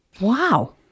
Wow